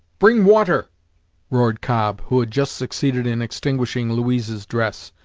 bring water roared cobb, who had just succeeded in extinguishing louise's dress,